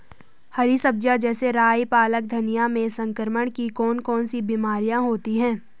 हरी सब्जी जैसे राई पालक धनिया में संक्रमण की कौन कौन सी बीमारियां होती हैं?